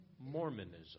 Mormonism